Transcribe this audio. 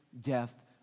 death